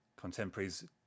contemporaries